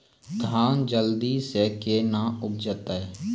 धान जल्दी से के ना उपज तो?